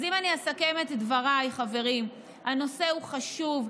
אז אם אסכם את דבריי, חברים, הנושא הוא חשוב.